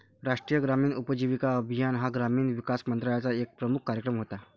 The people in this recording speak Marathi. राष्ट्रीय ग्रामीण उपजीविका अभियान हा ग्रामीण विकास मंत्रालयाचा एक प्रमुख कार्यक्रम होता